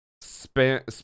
span